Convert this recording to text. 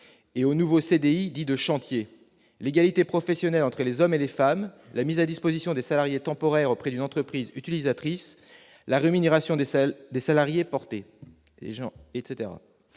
et aux nouveaux CDI dits « de chantier », d'égalité professionnelle entre les hommes et les femmes, de mise à disposition de salariés temporaires auprès d'une entreprise utilisatrice, de rémunération des salariés portés, etc.